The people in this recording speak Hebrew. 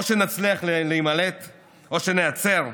או שנצליח להימלט או שניעצר,